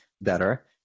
better